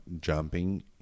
jumping